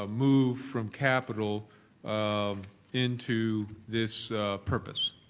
ah move from capital um into this purpose.